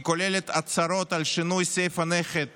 היא כוללת הצהרות על שינוי סעיף הנכד